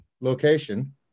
location